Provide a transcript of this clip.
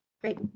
Great